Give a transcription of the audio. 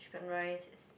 chicken rice is